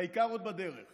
והעיקר, עוד בדרך